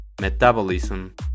metabolism